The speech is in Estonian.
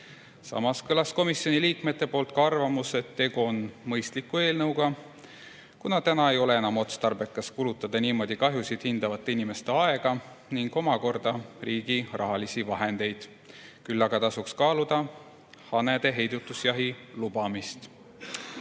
Samas kõlas komisjoni liikmetelt ka arvamus, et tegu on mõistliku eelnõuga, kuna praegu ei ole enam otstarbekas kulutada niimoodi kahjusid hindavate inimeste aega ning ka riigi rahalisi vahendeid. Küll aga tasuks kaaluda hanede heidutusjahi lubamist.